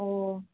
ꯑꯣ